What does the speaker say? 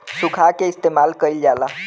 सुखा के इस्तेमाल कइल जाला